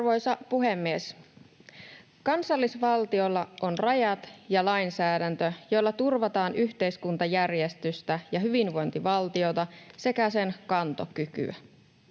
Arvoisa puhemies! Kansallisvaltiolla on rajat ja lainsäädäntö, joilla turvataan yhteiskuntajärjestystä ja hyvinvointivaltiota sekä sen kantokykyä.